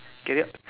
get it up